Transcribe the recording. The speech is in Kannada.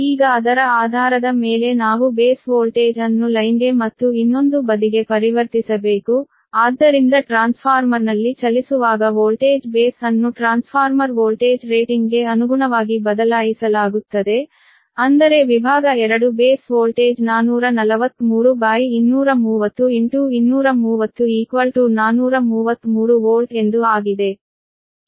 ಈಗ ಅದರ ಆಧಾರದ ಮೇಲೆ ನಾವು ಬೇಸ್ ವೋಲ್ಟೇಜ್ ಅನ್ನು ಲೈನ್ಗೆ ಮತ್ತು ಇನ್ನೊಂದು ಬದಿಗೆ ಪರಿವರ್ತಿಸಬೇಕು ಆದ್ದರಿಂದ ಟ್ರಾನ್ಸ್ಫಾರ್ಮರ್ನಲ್ಲಿ ಚಲಿಸುವಾಗ ವೋಲ್ಟೇಜ್ ಬೇಸ್ ಅನ್ನು ಟ್ರಾನ್ಸ್ಫಾರ್ಮರ್ ವೋಲ್ಟೇಜ್ ರೇಟಿಂಗ್ಗೆ ಅನುಗುಣವಾಗಿ ಬದಲಾಯಿಸಲಾಗುತ್ತದೆ ಅಂದರೆ ವಿಭಾಗ 2 ಬೇಸ್ ವೋಲ್ಟೇಜ್ 433 ವೋಲ್ಟ್ ಎಂದು ಆಗಿದೆ